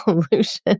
solution